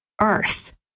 earth